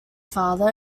father